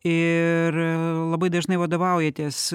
ir labai dažnai vadovaujatės